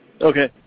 Okay